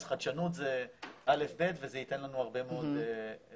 אז חדשנות זה א'-ב' וזה ייתן לנו הרבה מאוד הצלחות.